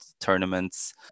tournaments